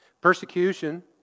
Persecution